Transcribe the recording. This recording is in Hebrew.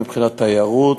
מבחינת תיירות,